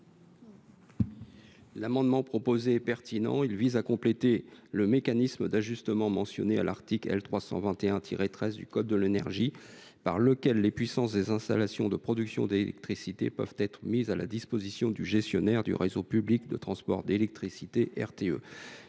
amendement a un objet pertinent, puisqu’il vise à compléter le mécanisme d’ajustement, mentionné à l’article L. 321 13 du code de l’énergie, par lequel les puissances des installations de production d’électricité peuvent être mises à la disposition du gestionnaire du réseau public de transport d’électricité, RTE.